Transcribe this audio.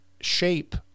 shape